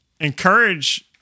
encourage